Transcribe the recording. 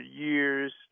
years